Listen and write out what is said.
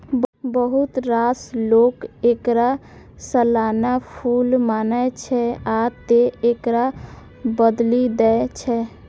बहुत रास लोक एकरा सालाना फूल मानै छै, आ तें एकरा बदलि दै छै